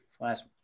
last